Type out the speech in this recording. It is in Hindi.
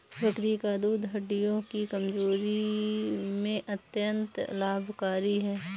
बकरी का दूध हड्डियों की कमजोरी में अत्यंत लाभकारी है